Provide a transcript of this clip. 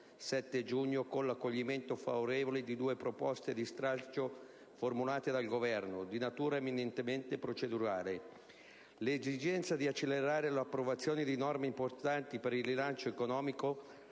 7 giugno con l'accoglimento favorevole di due proposte di stralcio formulate dal Governo, di natura eminentemente procedurale. L'esigenza di accelerare l'approvazione di norme importanti per il rilancio economico,